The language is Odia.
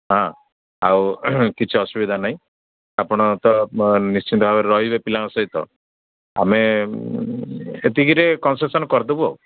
ହଁ ଆଉ କିଛି ଅସୁବିଧା ନାହିଁ ଆପଣ ତ ନିଶ୍ଚିନ୍ତ ଭାବରେ ରହିବେ ପିଲାଙ୍କ ସହିତ ଆମେ ଏତିକିରେ କନସେସନ୍ କରିଦେବୁ ଆଉ